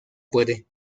puede